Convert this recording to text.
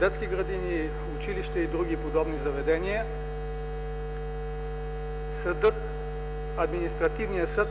детски градини, училища и други подобни заведения. Административният съд